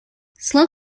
slow